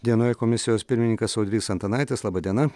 dienoje komisijos pirmininkas audrys antanaitis laba diena